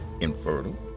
infertile